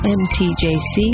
mtjc